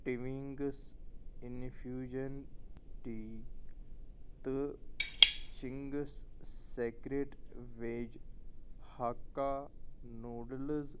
Twinings infusion tea تہٕ Ching's secret veg hakka noodles